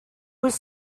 was